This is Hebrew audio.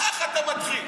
ככה אתה מתחיל.